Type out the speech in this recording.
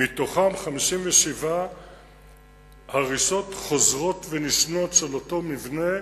מתוכם 57 אלה הריסות חוזרות ונשנות של אותו מבנה,